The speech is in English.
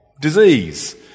disease